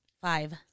Five